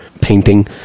painting